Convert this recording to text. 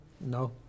No